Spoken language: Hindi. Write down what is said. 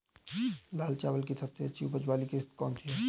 लाल चावल की सबसे अच्छी उपज वाली किश्त कौन सी है?